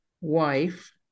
wife